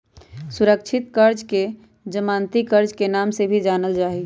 सुरक्षित कर्ज के जमानती कर्ज के नाम से भी जानल जाहई